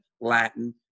Latin